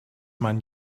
man